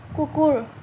কুকুৰ